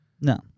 No